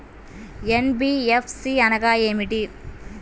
NBFC అనగా ఏమిటీ?